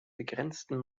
begrenztem